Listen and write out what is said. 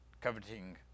coveting